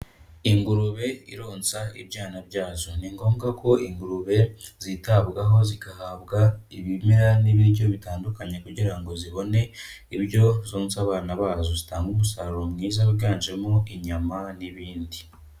Ingurube ironsa ibyana byazo, ni ngombwa ko ingurube zitabwaho, zigahabwa ibimera n'ibiryo bitandukanye kugira ngo zibone ibyo zonsa abana bazo, zitanga umusaruro mwiza wiganjemo inyama n'ibindi.